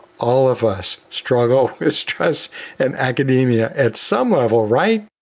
all of us struggle with stress and academia at some level right?